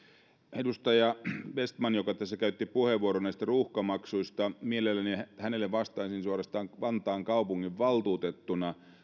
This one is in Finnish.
edustaja vestmanille joka tässä käytti puheenvuoron näistä ruuhkamaksuista mielelläni vastaisin suorastaan vantaan kaupunginvaltuutettuna tunnistan